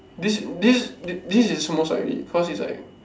this this this is most likely cause it's like